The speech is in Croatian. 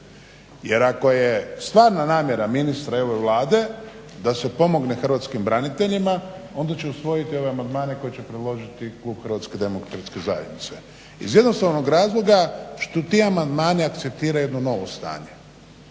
Jer ako je stvarna namjera ministra i ove Vlade da se pomogne hrvatskim braniteljima onda će usvojiti ove amandmane koje će predložiti klub HDZ-a iz jednostavnog razloga što ti amandmani akceptiraju jedno novo stanje.